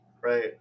right